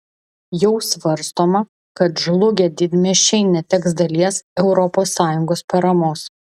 jau svarstoma kad žlugę didmiesčiai neteks dalies europos sąjungos paramos